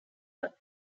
but